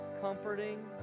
comforting